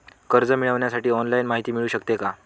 कर्ज मिळविण्यासाठी ऑनलाईन माहिती मिळू शकते का?